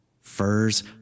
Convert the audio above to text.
Furs